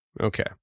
Okay